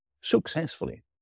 successfully